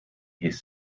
his